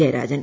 Jayarajan